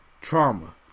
trauma